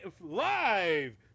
live